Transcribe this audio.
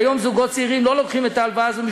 כיום זוגות צעירים לא לוקחים את ההלוואה הזאת,